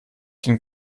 den